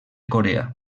corea